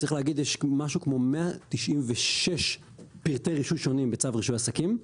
צריך להגיד יש משהו כמו 196 פרטי רישוי שונים בצו רישוי עסקים.